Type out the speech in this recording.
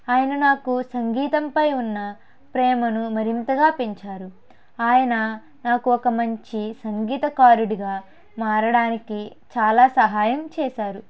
ఆయన నాకు సంగీతంపై ఉన్న ప్రేమను మరింతగా పెంచారు ఆయన నాకు ఒక మంచి సంగీతకారుడిగా మారడానికి చాలా సహాయం చేసారు